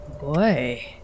Boy